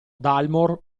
dalmor